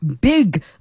big